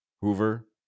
Hoover